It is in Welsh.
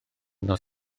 nos